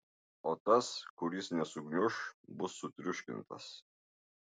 o tas kuris nesugniuš bus sutriuškintas